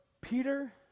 Peter